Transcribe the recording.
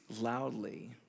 loudly